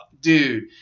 dude